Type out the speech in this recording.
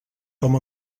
com